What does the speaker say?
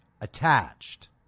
attached